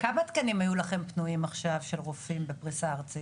כמה תקנים פנויים של רופאים היו לכם עכשיו בפריסה הארצית?